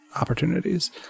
opportunities